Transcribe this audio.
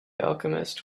alchemist